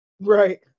Right